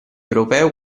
europeo